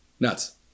Nuts